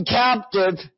captive